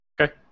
Okay